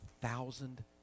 thousand